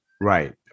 Right